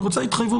אני רוצה התחייבות.